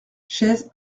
chaise